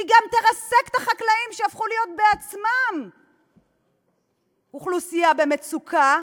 היא גם תרסק את החקלאים שהפכו להיות בעצמם אוכלוסייה במצוקה.